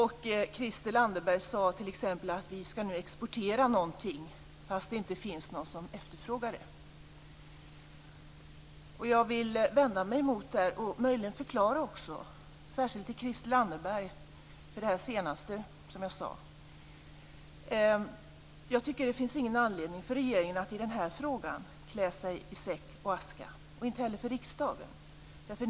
Christel Anderberg sade t.ex. att vi nu ska exportera någonting fast det inte finns någon som efterfrågar det. Jag vill vända mig emot detta och möjligen också förklara särskilt för Jag tycker inte att det finns någon anledning för regeringen att klä sig i säck och aska i denna fråga, och inte heller för riksdagen.